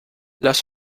las